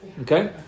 Okay